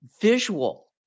visual